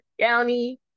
county